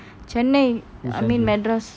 Chennai I mean Madras